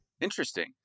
Interesting